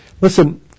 Listen